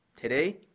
Today